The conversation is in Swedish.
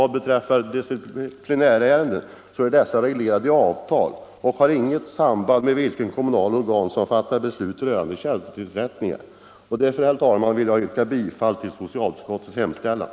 Disciplinärenden är dessutom reglerade i avtal och har inget samband med vilket kommunalt organ som fattar beslut rörande tjänstetillsättningar. Med det anförda, herr talman, ber jag att få yrka bifall till socialutskottets hemställan.